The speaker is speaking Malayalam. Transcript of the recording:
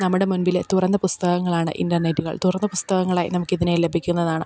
നമ്മുടെ മുൻപിലെ തുറന്ന പുസ്തകങ്ങളാണ് ഇൻ്റർനെറ്റുകൾ തുറന്ന പുസ്തകങ്ങളായി നമുക്ക് ഇതിനെ ലഭിക്കുന്നതാണ്